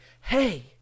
hey